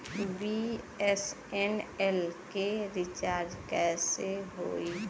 BSNL के recharge कैसे होयी?